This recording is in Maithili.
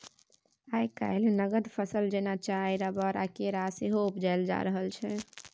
आइ काल्हि नगद फसल जेना चाय, रबर आ केरा सेहो उपजाएल जा रहल छै